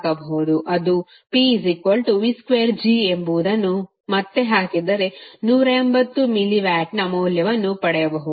ಅದುpv2G ಎಂಬುದನ್ನು ಮತ್ತೆ ಹಾಕಿದರೆ 180 ಮಿಲಿವಾಟ್ನ ಮೌಲ್ಯವನ್ನು ಪಡೆಯಬಹುದು